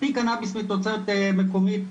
מספיק קנאביס מתוצרת מקומית.